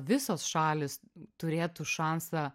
visos šalys turėtų šansą